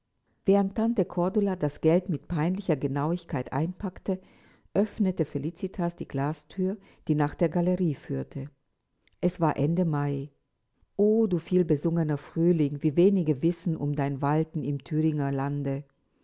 während tante cordula das geld mit peinlicher genauigkeit einpackte öffnete felicitas die glasthür die nach der galerie führte es war ende mai o du vielbesungener frühling wie wenige wissen um dein walten im thüringer lande